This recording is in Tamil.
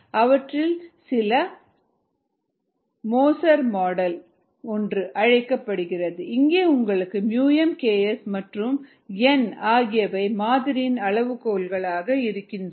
அவற்றில் சில mSnKsSn இது மோஸர் மாதிரி என்று அழைக்கப்படுகிறது இங்கே உங்களுக்கு µm Ks மற்றும் n ஆகியவை மாதிரியின் அளவுகோல்கள் ஆக இருக்கின்றன